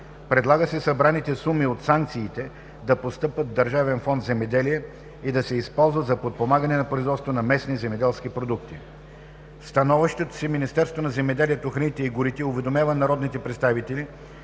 Предлага се събраните суми от санкциите да постъпват в Държавен фонд „Земеделие" и да се използват за подпомагане на производството на местни земеделски продукти. В становището си Министерството на земеделието, храните и горите уведомява народните представители,